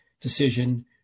decision